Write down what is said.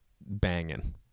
banging